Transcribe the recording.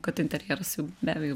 kad interjeras jau be abejo